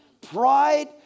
Pride